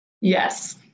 Yes